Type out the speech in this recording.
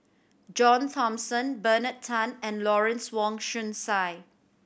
John Thomson Bernard Tan and Lawrence Wong Shyun Tsai